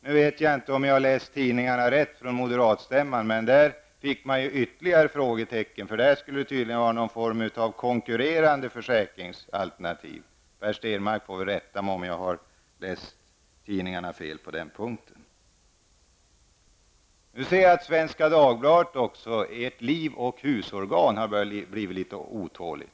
Jag vet inte om jag har tolkat tidningarna rätt vad gäller moderatstämman. Men där blev det ytterligare frågetecken. Det skulle tydligen vara någon form av konkurrerande försäkringsalternativ. Per Stenmarck får rätta mig om jag har tolkat tidningarna felaktigt på den punkten. På Svenska Dagbladet -- ert liv och husorgan -- börjar man också bli litet otålig.